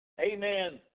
Amen